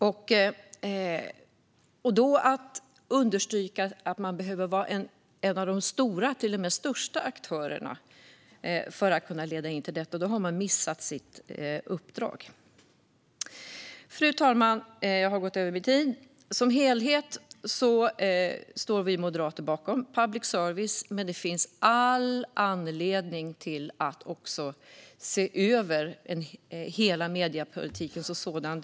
Om man då understryker att man behöver vara en av de stora eller till och med största aktörerna för att kunna leda in till detta har man missat sitt uppdrag. Fru talman! Som helhet står vi moderater bakom public service, men det finns all anledning att se över hela mediepolitiken som sådan.